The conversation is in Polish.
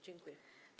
Dziękuję.